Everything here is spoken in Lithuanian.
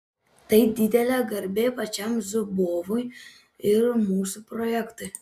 tai didelė garbė pačiam zubovui ir mūsų projektui